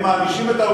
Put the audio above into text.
איזה מעשה?